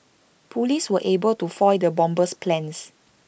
Police were able to foil the bomber's plans